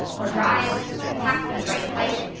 or drive, take a taxi, or ride a bike,